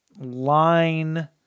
line